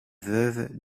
veuve